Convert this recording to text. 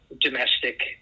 domestic